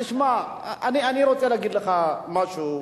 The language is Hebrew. תשמע, אני רוצה להגיד לך משהו,